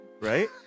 right